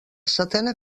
setena